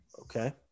Okay